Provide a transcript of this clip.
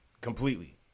completely